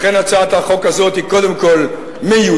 לכן הצעת החוק הזאת היא קודם כול מיותרת.